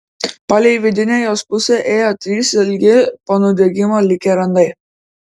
palei vidinę jos pusę ėjo trys ilgi po nudegimo likę randai